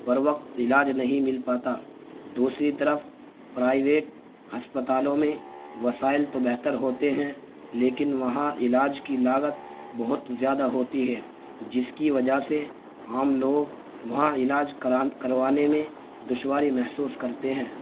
بر وقت علاج نہیں مل پاتا دوسری طرف پرائیویٹ ہسپتالوں میں وسائل تو بہتر ہوتے ہیں لیکن وہاں علاج کی لاگت بہت زیادہ ہوتی ہے جس کی وجہ سے عام لوگ وہاں علاج کرا کروانے میں دشواری محسوس کرتے ہیں